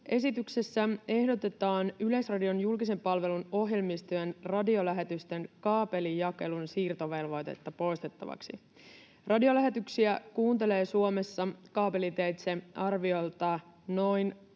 Esityksessä ehdotetaan Yleisradion julkisen palvelun ohjelmistojen radiolähetysten kaapelijakelun siirtovelvoitetta poistettavaksi. Radiolähetyksiä kuuntelee Suomessa kaapeliteitse arviolta noin 25